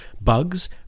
bugs